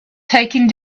taking